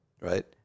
right